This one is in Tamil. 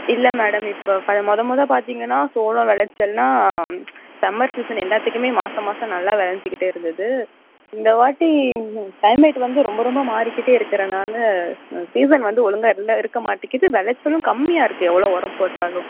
இல்லை மேடம் இப்போ ஃப முத முத பார்த்தீங்கன்னா சோளம் விளச்சல்னா சம்மர் சீசன் எல்லாத்துக்கும் மாதம் மாதம் நல்லா விளஞ்சிக்கிட்டே இருந்தது இந்த வாட்டி க்ளைமேட் வந்து ரொம்ப ரொம்ப மாறிக்கிட்டே இருக்கிறனால சீசன் வந்து ஒழுங்காக இல்லை இருக்கற மாட்டிக்கிது விளச்சலும் கம்மியாக இருக்குது எவ்வளோ உரம் போட்டாலும்